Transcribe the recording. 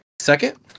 Second